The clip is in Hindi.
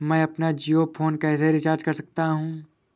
मैं अपना जियो फोन कैसे रिचार्ज कर सकता हूँ?